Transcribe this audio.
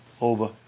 over